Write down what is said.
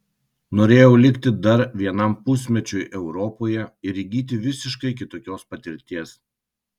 norėjau likti dar vienam pusmečiui europoje ir įgyti visiškai kitokios patirties